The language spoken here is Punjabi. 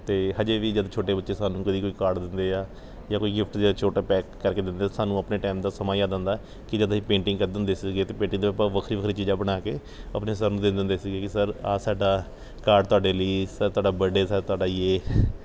ਅਤੇ ਅਜੇ ਵੀ ਜਦ ਛੋਟੇ ਬੱਚੇ ਸਾਨੂੰ ਕਦੀ ਕੋਈ ਕਾਰਡ ਦਿੰਦੇ ਆ ਜਾਂ ਕੋਈ ਗਿਫਟ ਜਾਂ ਛੋਟਾ ਪੈਕ ਕਰਕੇ ਦਿੰਦੇ ਤਾਂ ਸਾਨੂੰ ਆਪਣੇ ਟਾਈਮ ਦਾ ਸਮਾਂ ਯਾਦ ਆਉਂਦਾ ਕਿ ਜਦ ਅਸੀਂ ਪੇਂਟਿੰਗ ਕਰਦੇ ਹੁੰਦੇ ਸੀਗੇ ਤਾਂ ਪੇਂਟਿੰਗ ਦਾ ਭਾਵ ਵੱਖਰੀ ਵੱਖਰੀ ਚੀਜ਼ਾਂ ਬਣਾ ਕੇ ਆਪਣੇ ਸਰ ਨੂੰ ਦੇ ਦਿੰਦੇ ਸੀਗੇ ਕਿ ਸਰ ਆਹ ਸਾਡਾ ਕਾਰਡ ਤੁਹਾਡੇ ਲਈ ਸਰ ਤੁਹਾਡਾ ਬਰਥਡੇ ਸਰ ਤੁਹਾਡਾ ਜੇ